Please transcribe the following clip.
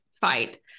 fight